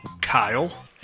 Kyle